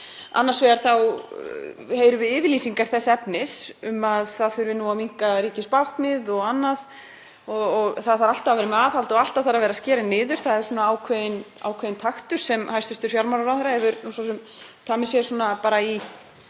Annars vegar heyrum við yfirlýsingar þess efnis að það þurfi að minnka ríkisbáknið og annað og það þurfi alltaf að vera með aðhald og alltaf þurfi að vera að skera niður. Það er svona ákveðinn taktur sem hæstv. fjármálaráðherra hefur tamið sér í